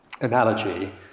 analogy